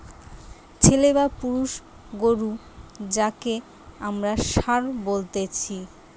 ছেলে বা পুরুষ গরু যাঁকে আমরা ষাঁড় বলতেছি